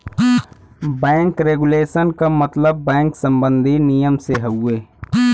bank regulation क मतलब bank सम्बन्धी नियम से हउवे